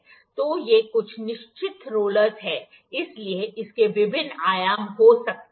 तो ये कुछ निश्चित रोलर्स हैं इसलिए इसके विभिन्न आयाम हो सकते हैं